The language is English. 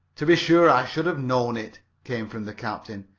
to be sure i should have knowed it, came from the captain.